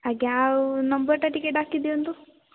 ଆଜ୍ଞା ଆଉ ନମ୍ବରଟା ଟିକେ ଡାକି ଦିଅନ୍ତୁ